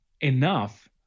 enough